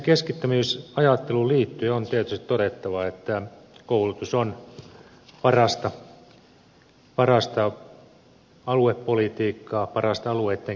resurssien keskittämisajatteluun liittyen on tietysti todettava että koulutus on parasta aluepolitiikkaa parasta alueitten kehittämistä